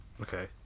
okay